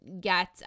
get